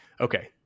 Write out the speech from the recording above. okay